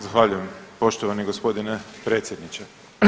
Zahvaljujem poštovani gospodine predsjedniče.